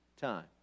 time